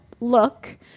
look